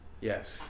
Yes